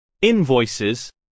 Invoices